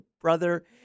brother